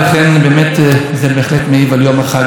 מעניין לעניין אחר לחלוטין,